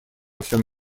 всем